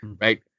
right